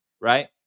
right